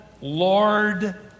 Lord